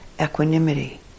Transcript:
equanimity